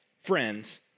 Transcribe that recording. friends